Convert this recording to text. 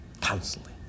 Constantly